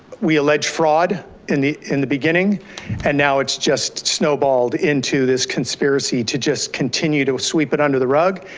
we alleged fraud in the in the beginning and now it's just snowballed into this conspiracy to just continue to sweep it under the rug,